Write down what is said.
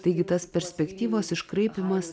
taigi tas perspektyvos iškraipymas